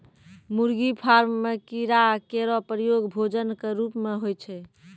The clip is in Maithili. मुर्गी फार्म म कीड़ा केरो प्रयोग भोजन क रूप म होय छै